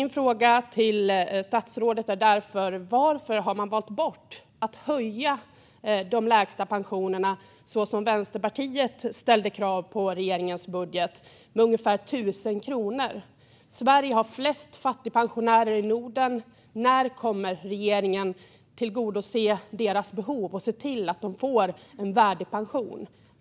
Min fråga till statsrådet är därför: Varför har man valt bort att höja de lägsta pensionerna med ungefär 1 000 kronor, som Vänsterpartiet ställde krav på i regeringens budget? Sverige har flest fattigpensionärer i Norden. När kommer regeringen att tillgodose deras behov och se till att de får en värdig pension?